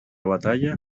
batalla